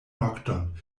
nokton